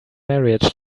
marriage